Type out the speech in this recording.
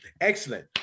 excellent